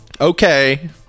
Okay